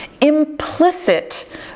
implicit